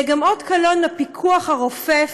וזה גם אות קלון לפיקוח הרופף